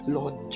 Lord